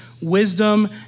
wisdom